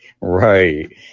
right